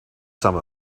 some